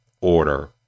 order